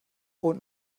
und